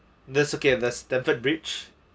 stamford bridge